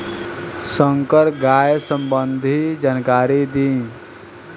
संकर गाय सबंधी जानकारी दी?